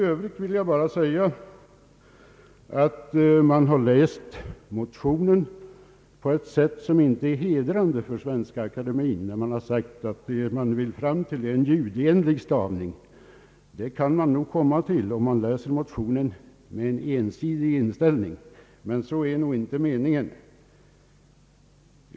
Svenska akademien har läst motionen på ett sätt som inte är hedrande för akademien. Den påstår att i motionen föreslås en ljudenlig stavning. Det kan man nog komma till, om man läser motionen med en ensidig inställning, men så är inte meningen.